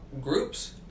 Groups